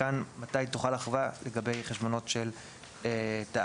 כאן זה לגבי חשבונות של תאגידים.